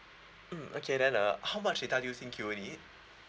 mm okay then uh how much data do you think you will need